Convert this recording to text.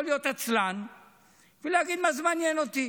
להיות עצלן ולהגיד: מה זה מעניין אותי?